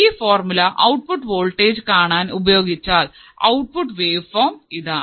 ഈ formula output voltage കാണാൻ ഉപയോഗിച്ചാൽ ഔട്ട്പുട്ട് വേവ്ഫോമും ഇതാണ്